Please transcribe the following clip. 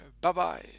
Bye-bye